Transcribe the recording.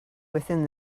within